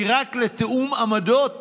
כי רק לתיאום עמדות